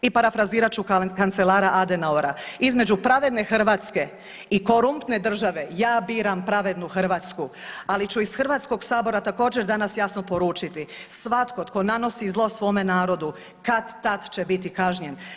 I parafrazirat ću kancelara Adenauera između pravedne Hrvatske i korumptne države ja biram pravednu Hrvatsku, ali ću iz Hrvatskog sabora također danas jasno poručiti svatko tko nanosi zlo svome narodu kad-tad će biti kažnjen.